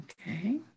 Okay